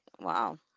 Wow